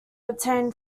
obtain